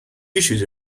issues